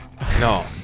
No